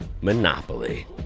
Monopoly